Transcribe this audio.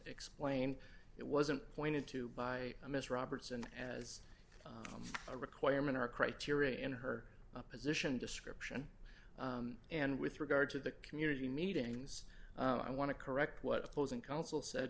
explained it wasn't pointed to by a miss robertson as a requirement or criteria in her position description and with regard to the community meetings i want to correct what opposing counsel said